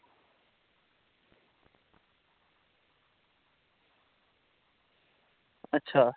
अच्छा